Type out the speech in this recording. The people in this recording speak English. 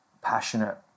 passionate